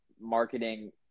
marketing